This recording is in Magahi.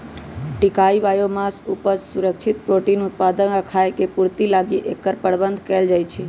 टिकाऊ बायोमास उपज, सुरक्षित प्रोटीन उत्पादक आ खाय के पूर्ति लागी एकर प्रबन्धन कएल जाइछइ